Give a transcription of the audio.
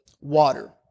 water